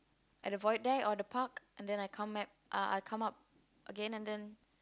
at the void deck or the park and then I come back uh uh I come up again and then